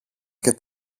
και